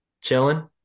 chilling